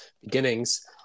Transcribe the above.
beginnings